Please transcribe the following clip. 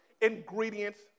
ingredients